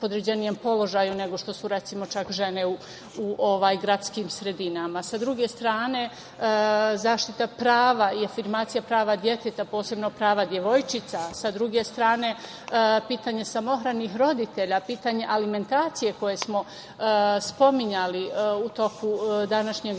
nego što su, recimo, čak žene u gradskim sredinama. Sa druge strane zaštita prava i afirmacija prava deteta, posebno prava devojčica, sa druge strane, pitanje samohranih roditelja, pitanje alimentacije koje smo spominjali u toku današnjeg zasedanja,